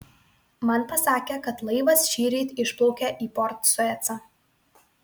man pasakė kad laivas šįryt išplaukė į port suecą